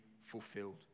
fulfilled